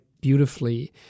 beautifully